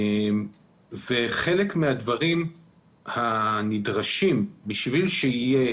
חלק מהדברים הנדרשים בשביל שיהיה